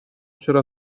چرا